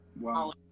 wow